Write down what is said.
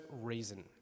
reason